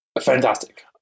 fantastic